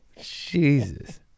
Jesus